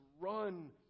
run